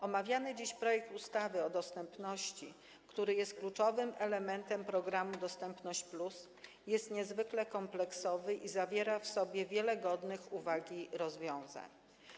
Omawiany dziś projekt ustawy o dostępności, który jest kluczowym elementem programu „Dostępność+”, jest niezwykle kompleksowy i zawiera w sobie wiele godnych uwagi rozwiązań.